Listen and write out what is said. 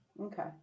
Okay